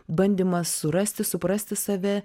bandymas surasti suprasti save